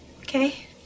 Okay